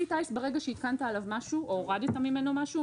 כלי טיס ברגע שהתקנת עליו משהו או הורדת ממנו משהו,